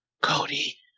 Cody